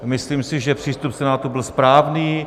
Myslím si, že přístup Senátu byl správný.